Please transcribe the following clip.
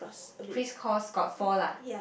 crisscross got four lah